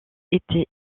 était